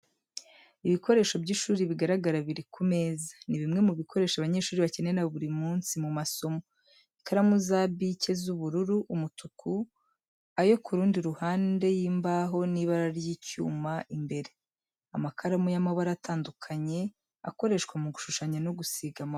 Ibikoresho by’ishuri bigaragara biri ku meza. Ni bimwe mu bikoresho abanyeshuri bakenera buri munsi mu masomo. Ikaramu za bike z’ubururu, umutuku, ayo ku rundi ruhande y’imbaho n’ibara ry’icyuma imbere. Amakaramu y’amabara atandukanye akoreshwa mu gushushanya no gusiga amabara.